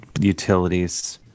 utilities